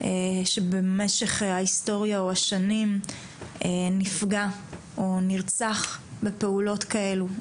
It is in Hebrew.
שבמשך ההיסטוריה נפגע או נרצח בתאונות כאלו.